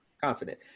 Confident